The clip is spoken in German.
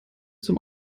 zum